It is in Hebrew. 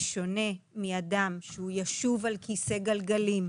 אדם שהוא ישוב על כיסא גלגלים,